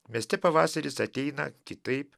mieste pavasaris ateina kitaip